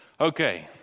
Okay